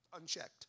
unchecked